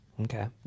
Okay